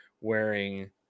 wearing